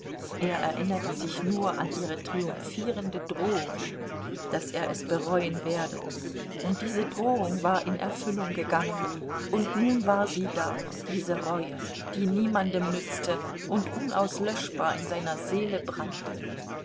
er erinnerte sich nur an ihre triumphierende drohung daß er es bereuen werde und diese drohung war in erfüllung gegangen und nun war sie da diese reue die niemandem nützte und unauslöschbar in seiner seele brannte